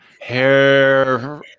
Hair